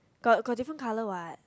got got different colour what